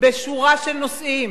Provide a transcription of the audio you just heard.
בשורה של נושאים,